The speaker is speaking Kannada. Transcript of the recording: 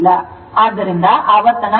ಆದ್ದರಿಂದ ಆವರ್ತನ f 60 Hz ಆಗಿದೆ